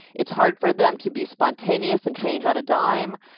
it's hard for them to be spontaneous and change on a dime,